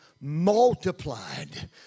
multiplied